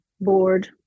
board